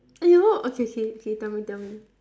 !aiyo! okay okay tell me tell me